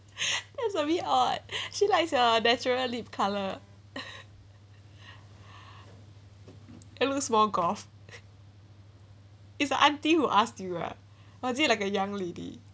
that's a bit odd she likes your natural lip colour it looks more goth is a auntie who asked you uh or is it like a young lady